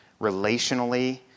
relationally